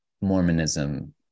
Mormonism